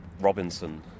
Robinson